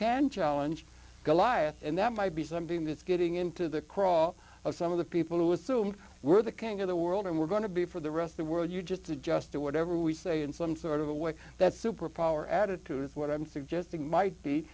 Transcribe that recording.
can challenge goliath and that might be something that's getting into the craw of some of the people who is who were the king of the world and we're going to be for the rest the world you just adjust to whatever we say in some sort of a way that superpower attitudes what i'm suggesting might be